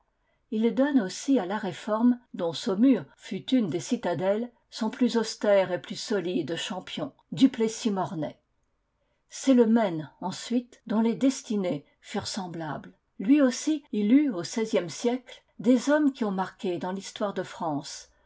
il donne aussi à la réforme dont saumur fut une des citadelles son plus austère et plus solide champion duplessis mornay c'est le maine ensuite dont les destinées furent semblables lui aussi il eut au seizième siècle des hommes qui ont marqué dans l'histoire de france